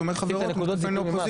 כשהוא אומר חברות הוא מתכוון לאופוזיציה.